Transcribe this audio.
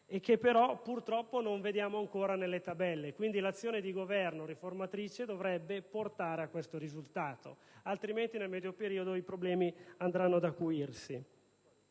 ma che purtroppo non vediamo ancora nelle tabelle. Quindi, l'azione riformatrice del Governo dovrebbe portare a questo risultato, altrimenti nel medio periodo i problemi andranno ad acuirsi.